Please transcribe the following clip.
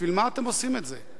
בשביל מה אתם עושים את זה?